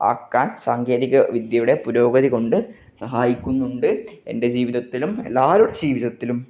ആക്കാന് സാങ്കേതിക വിദ്യയുടെ പുരോഗതികൊണ്ട് സഹായിക്കുന്നുണ്ട് എന്റെ ജീവിതത്തിലും എല്ലാവരുടെ ജീവിതത്തിലും